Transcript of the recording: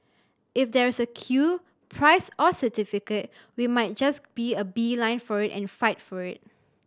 if there's a queue prize or certificate we might just be a beeline for it and fight for it